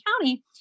County